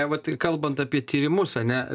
vat kalbant apie tyrimus ane